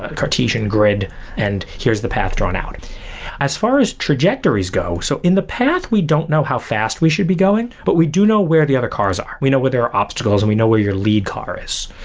ah cartesian grid and here's the path drawn out as far as trajectories go, so in the path we don't know how fast we should be going, but we do know where the other cars are. we know where there are obstacles and we know where your lead car is.